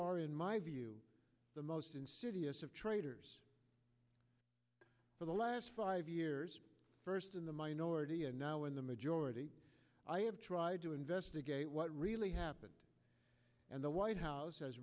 are in my view the most insidious of traitors for the last five years first in the minority and now in the majority i have tried to investigate what really happened and the white house has